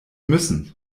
müssen